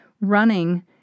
running